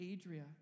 Adria